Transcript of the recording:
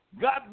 God